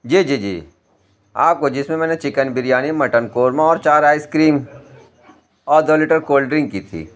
جی جی جی آپ کو جس میں میں نے چکن بریانی مٹن قورمہ اور چار آئس کریم اور دو لیٹر کولڈ ڈرنک کی تھی